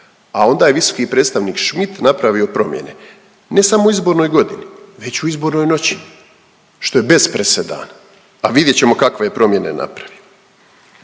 A onda je visoki predstavnik Schmidt napravio promijene, ne samo u izbornoj godini, već u izbornoj noći, što je bez presedana, a vidjet ćemo kakve je promijene napravio.